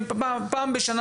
אני לא מדבר בשמכם,